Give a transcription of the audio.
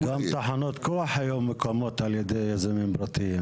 גם תחנות כוח היום מוקמות על ידי יזמים פרטיים.